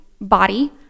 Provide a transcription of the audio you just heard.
body